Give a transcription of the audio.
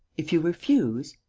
if you refuse.